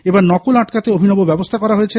এবার নকল আটকাতে অভিনব ব্যবস্হা নেওয়া হয়েছে